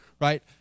right